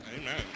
Amen